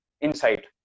insight